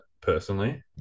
personally